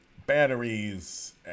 batteries